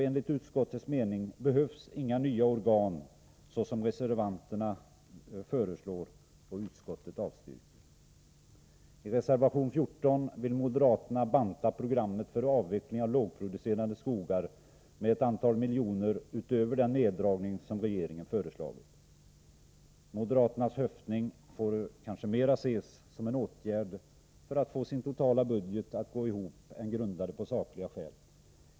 Enligt utskottsmajoritetens mening behövs inga sådana nya organ som reservanterna föreslår, och den avstyrker därför förslagen härom. I reservation 14 vill moderaterna banta programmet för avveckling av lågproducerande skogar med ett antal miljoner kronor utöver den minskning som regeringen föreslagit. Moderaternas höftning får kanske ses mera som en åtgärd för att få deras totala budget att gå ihop än som ett förslag grundat på sakliga skäl.